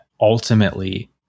ultimately